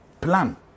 plan